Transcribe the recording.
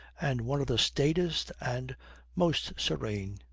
and one of the staidest and most serene.